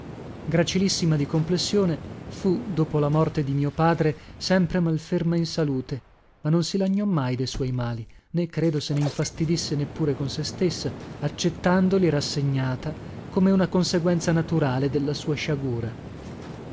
labbra gracilissima di complessione fu dopo la morte di mio padre sempre malferma in salute ma non si lagnò mai de suoi mali né credo se ne infastidisse neppure con se stessa accettandoli rassegnata come una conseguenza naturale della sua sciagura